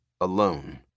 alone